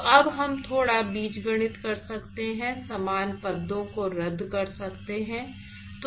तो अब हम थोड़ा बीजगणित कर सकते हैं समान पदों को रद्द कर सकते हैं